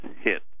hit